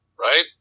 right